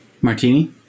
Martini